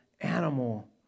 animal